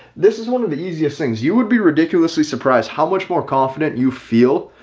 this is one of the easiest things you would be ridiculously surprised how much more confident you feel.